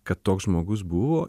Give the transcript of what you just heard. kad toks žmogus buvo